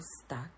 stuck